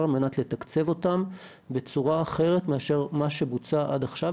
על מנת לתקצב אותם בצורה אחרת מאשר מה שבוצע עד עכשיו.